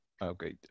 Okay